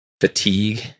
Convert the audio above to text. fatigue